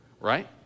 right